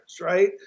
right